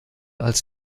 als